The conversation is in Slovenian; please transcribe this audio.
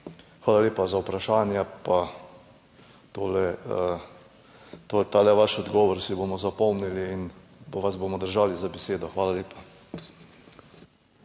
Hvala lepa za [odgovore na] vprašanja. Tale vaš odgovor si bomo zapomnili in vas bomo držali za besedo. Hvala lepa.